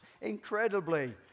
Incredibly